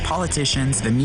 והם